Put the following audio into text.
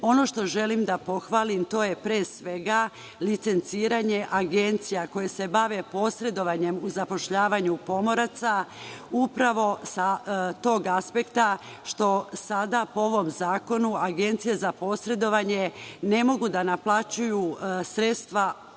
što želim da pohvalim, to je pre svega, licenciranje agencija koje se bave posredovanjem u zapošljavanju pomoraca, upravo sa tog aspekta što sada po ovom zakonu, agencije za posredovanje ne mogu da naplaćuju sredstva u